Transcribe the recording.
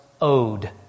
owed